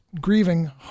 grieving